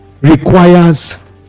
requires